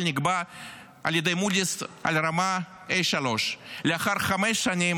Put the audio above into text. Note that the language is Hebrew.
נקבע על ידי מודי'ס על רמה של A3. לאחר חמש שנים,